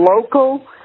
local